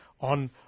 on